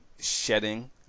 shedding